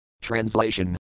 TRANSLATION